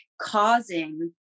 causing